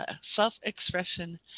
Self-expression